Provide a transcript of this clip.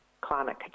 climate